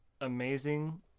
amazing